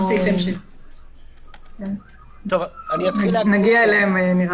אנחנו נגיע אליהם.